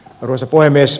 arvoisa puhemies